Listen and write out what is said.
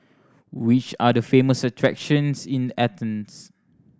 which are the famous attractions in Athens